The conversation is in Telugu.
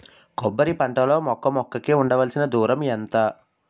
కొబ్బరి పంట లో మొక్క మొక్క కి ఉండవలసిన దూరం ఎంత